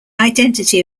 identity